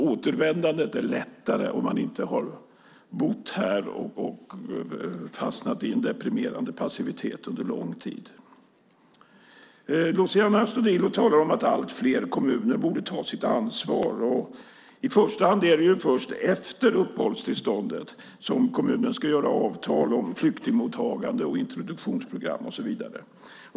Återvändandet är lättare om man inte har bott här och fastnat i en deprimerande passivitet under lång tid. Luciano Astudillo talar om att allt fler kommuner borde ta sitt ansvar. I första hand är det först efter uppehållstillståndet som kommunen ska göra avtal om flyktingmottagande, introduktionsprogram och så vidare.